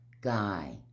Guy